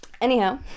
Anyhow